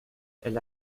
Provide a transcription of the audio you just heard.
elle